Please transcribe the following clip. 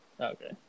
Okay